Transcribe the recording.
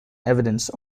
evidence